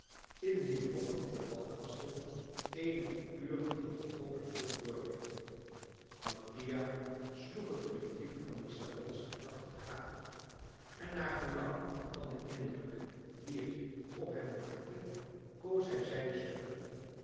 in wier lommer de badgasten eenige uren in de open lucht doorbrengen mattia sloeg het publiek van die salons aandachtig gade en naar gelang van den indruk dien het op hem maakte koos hij zijne stukken